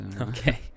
Okay